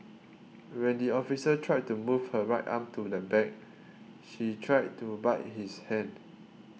when the officer tried to move her right arm to the back she tried to bite his hand